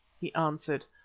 he answered.